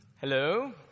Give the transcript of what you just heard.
Hello